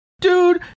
Dude